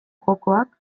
jokoak